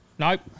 Nope